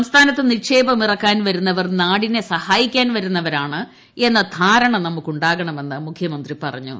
സംസ്ഥാനത്ത് നിക്ഷേപം ഇറക്കാൻ വരുന്നവർ നാടിനെ സഹായിക്കാൻ വരുന്നവരാണ് എന്ന ധാരണ നമുക്ക് ഉണ്ടാകണമെന്ന് മുഖ്യമന്ത്രി പറഞ്ഞു